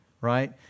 right